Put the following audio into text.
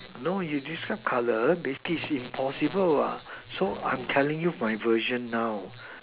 no you describe colour basically it's impossible what so I'm telling you from my version now